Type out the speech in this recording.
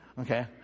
Okay